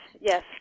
yes